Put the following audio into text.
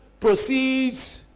proceeds